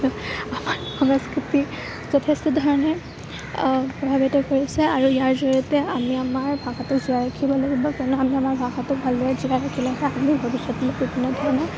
সংস্কৃতি যথেষ্ট ধৰণে প্ৰভাৱিত কৰিছে আৰু ইয়াৰ জৰিয়তে আমি আমাৰ ভাষাটো জীয়াই ৰাখিব লাগিব তেনেহ'লে আমাৰ ভাষাটোক ভালদৰে জীয়াই ৰাখিলেহে আমি ভৱিষ্য়তে বিভিন্ন ধৰণৰ